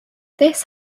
this